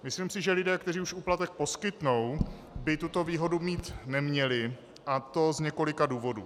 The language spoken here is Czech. Myslím si, že lidé, kteří už úplatek poskytnou, by tuto výhodu mít neměli, a to z několika důvodů.